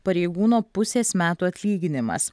pareigūno pusės metų atlyginimas